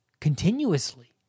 continuously